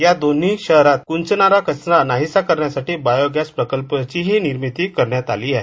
या दोन्ही शहरात उंच नाला कचरा नाहीसा करण्यासाठी बायोगॅस प्रक निर्मिती करण्यात आली आहे